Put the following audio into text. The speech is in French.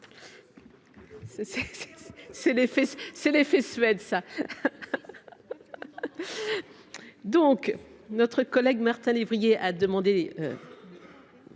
c'est l'effet Suède ça donc notre collègue Martin lévrier a demandé.